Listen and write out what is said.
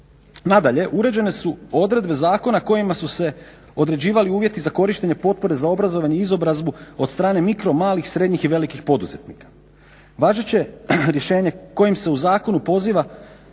Nadalje, uređene su odredbe zakona kojima su se određivali uvjeti za korištenje potpore za obrazovanje, izobrazbu od strane mikro malih srednjih i velikih poduzetnika. Važeće rješenje kojim se u Zakonu poziva